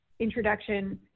introduction